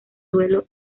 duelo